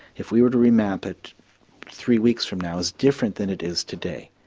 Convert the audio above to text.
if we were to remap it three weeks from now is different than it is today.